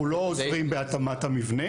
אנחנו לא עוזרים בהתאמת המבנה.